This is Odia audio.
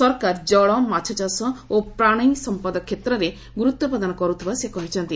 ସରକାର ଜଳ ମାଛଚାଷ ଓ ପ୍ରାଣ ସମ୍ପଦ କ୍ଷେତ୍ରରେ ଗୁରୁତ୍ୱ ପ୍ରଦାନ କରୁଥିବା ସେ କହିଛନ୍ତି